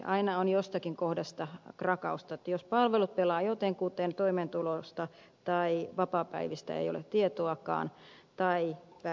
aina on jostakin kohdasta krakausta jos palvelut pelaavat jotenkuten toimeentulosta tai vapaapäivistä ei ole tietoakaan tai päinvastoin